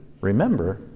remember